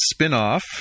spinoff